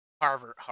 Harvard